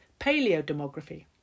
paleodemography